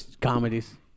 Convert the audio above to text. comedies